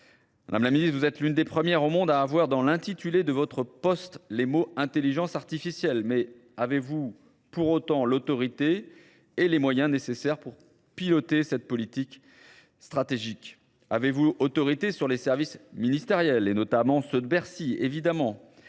Madame la Ministre, vous êtes l'une des premières au monde à avoir dans l'intitulé de votre poste les mots intelligence artificielle. Mais avez-vous pour autant l'autorité et les moyens nécessaires pour piloter cette politique stratégique ? Avez-vous autorité sur les services ministériels et notamment ceux de Bercy,